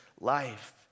life